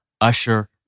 Usher